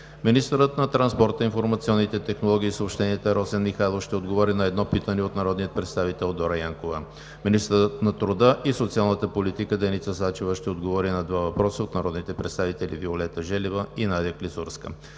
Министърът на транспорта, информационните технологии и съобщенията Росен Желязков ще отговори на едно питане от народния представител Дора Янкова; 6. Министърът на труда и социалната политика Деница Сачева ще отговори на два въпроса от народните представители Виолета Желева и Надя Клисурска-Жекова;